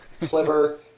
clever